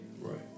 right